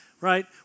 right